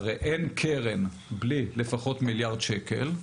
הרי אין קרן בלי לפחות מיליארד שקל,